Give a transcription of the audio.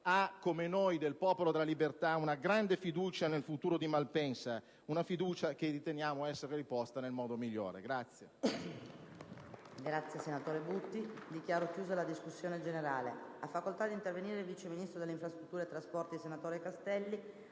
ha, come noi del Popolo della Libertà, una grande fiducia nel futuro di Malpensa: una fiducia che riteniamo essere riposta nel modo migliore.